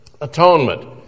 Atonement